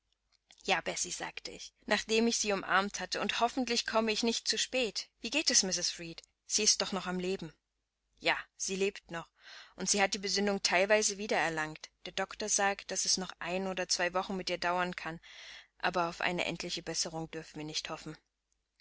ja bessie sagte ich nachdem ich sie umarmt hatte und hoffentlich komme ich nicht zu spät wie geht es mrs reed sie ist doch noch am leben ja sie lebt noch und sie hat die besinnung teilweise wieder erlangt der doktor sagt daß es noch eine oder zwei wochen mit ihr dauern kann aber auf eine endliche besserung dürfen wir nicht hoffen